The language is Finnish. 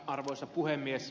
arvoisa puhemies